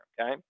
okay